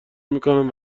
میکنن